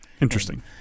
interesting